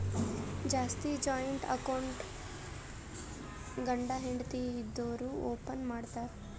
ಜಾಸ್ತಿ joint account ಗಂಡ ಹೆಂಡತಿ ಇದ್ದೋರು ಓಪನ್ ಮಾಡ್ತಾರ್